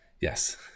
yes